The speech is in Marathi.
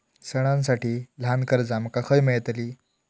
सणांसाठी ल्हान कर्जा माका खय मेळतली?